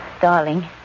darling